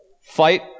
Fight